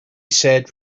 said